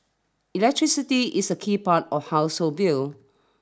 electricity is a key part of household bill